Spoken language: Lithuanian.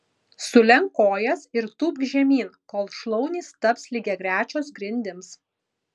sulenk kojas ir tūpk žemyn kol šlaunys taps lygiagrečios grindims